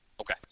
Okay